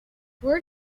where